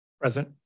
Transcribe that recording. Present